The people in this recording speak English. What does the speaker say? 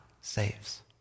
saves